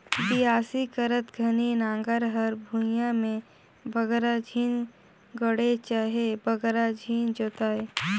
बियासी करत घनी नांगर हर भुईया मे बगरा झिन गड़े चहे बगरा झिन जोताए